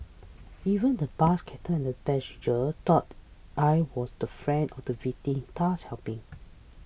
even the bus captain and a passenger thought I was the friend of the victim thus helping